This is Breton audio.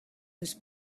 eus